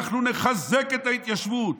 אנחנו נחזק את ההתיישבות.